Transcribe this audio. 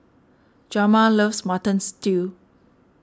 Hjalmar loves Mutton Stew